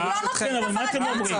אתם --- בוועדה.